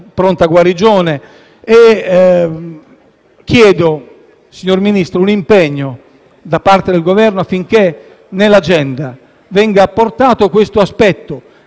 pronta guarigione. Chiedo, signor Ministro, un impegno da parte del Governo affinché nell'agenda venga inserito questo tema,